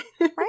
Right